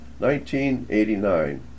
1989